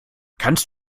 kannst